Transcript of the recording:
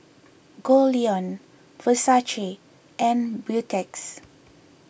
Goldlion and Beautex